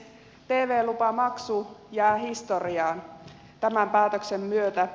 tv lupamaksu jää historiaan tämän päätöksen myötä